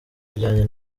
bijyanye